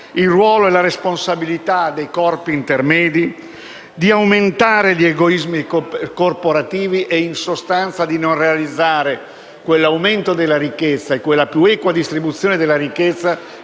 il ruolo e la responsabilità dei corpi intermedi, di aumentare gli egoismi corporativi e, in sostanza, di non realizzare quell'aumento della ricchezza e quella più equa distribuzione della stessa